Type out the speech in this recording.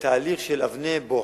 בתהליך של אבני בוחן,